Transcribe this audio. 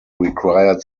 required